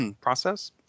process